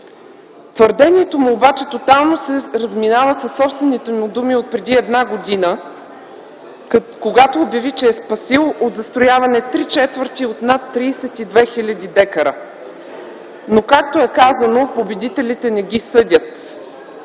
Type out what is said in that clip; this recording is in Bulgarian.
Твърдението му обаче тотално се разминава със собствените му думи преди една година, когато обяви, че е спасил от застрояване три четвърти от над 32 хил. дка. Както е казано: „Победителите не ги съдят”,